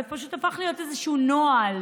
זה פשוט הפך להיות איזשהו נוהל,